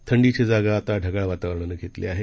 थंडीची जागा आता ढगाळ वातावरणानं घेतली आहे